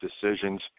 decisions